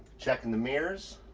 checking the mirrors.